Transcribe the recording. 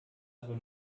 aber